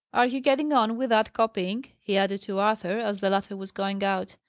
are you getting on with that copying? he added to arthur, as the latter was going out.